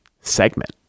segment